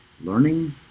learning